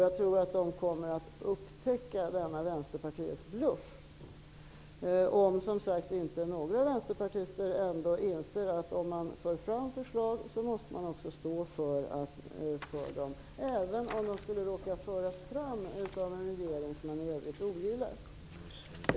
Jag tror att de kommer att upptäcka denna Vänsterpartiets bluff, om inte några vänsterpartister, som sagt, inser att om man för fram förslag måste man också stå för dem, även om de skulle råka föras fram av en regering som man i övrigt ogillar.